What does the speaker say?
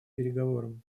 переговорам